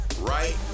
right